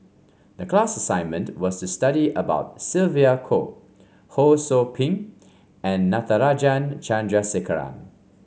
the class assignment was to study about Sylvia Kho Ho Sou Ping and Natarajan Chandrasekaran